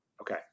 Okay